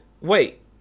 Wait